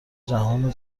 جهان